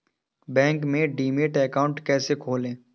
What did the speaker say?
Bank में demat account कैसे खोलें?